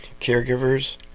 caregivers